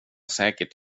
säkert